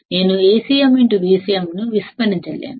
ఆచరణాత్మక పరిస్థితిలో నేను AcmVcm ని విస్మరించలేను